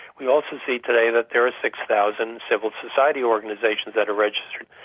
we also see today that there are six thousand civil society organisations that are registered.